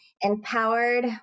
empowered